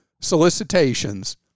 solicitations